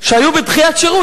שהיו בדחיית שירות.